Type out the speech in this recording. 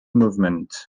movement